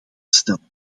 stellen